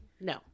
No